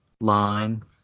line